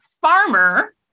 farmer